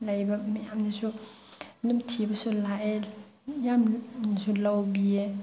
ꯂꯩꯕ ꯃꯌꯥꯝꯅꯁꯨ ꯑꯗꯨꯝ ꯊꯤꯕꯁꯨ ꯂꯥꯛꯑꯦ ꯌꯥꯝꯅ ꯁꯨ ꯂꯧꯕꯤꯌꯦ